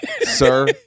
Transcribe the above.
sir